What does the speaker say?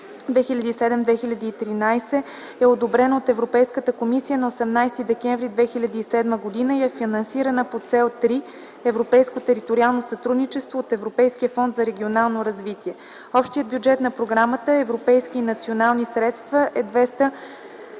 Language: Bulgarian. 2007-2013 г. е одобрена от Европейската комисия на 18 декември 2007 г. и е финансирана по Цел 3 „Европейско териториално сътрудничество” от Европейския фонд за регионално развитие. Общият бюджет на Програмата (европейски и национални средства) е 262